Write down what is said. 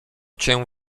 cię